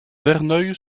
verneuil